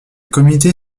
comité